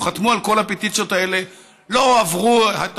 חתמו על כל הפטיציות האלה לא עברו את